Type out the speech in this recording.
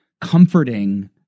comforting